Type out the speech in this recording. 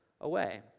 away